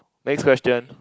next question